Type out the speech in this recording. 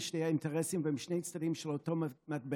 שני האינטרסים והם שני צדדים של אותו מטבע.